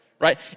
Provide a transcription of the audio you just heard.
right